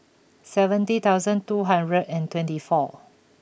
seventy thousand two hundred and twenty four